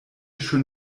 schön